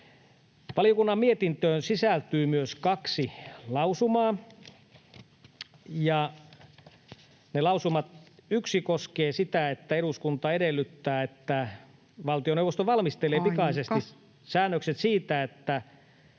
Valiokunnan mietintöön sisältyy myös kaksi lausumaa. Lausuma 1 koskee sitä, että eduskunta edellyttää, että valtioneuvosto valmistelee [Puhemies: Aika!] pikaisesti säännökset siitä, että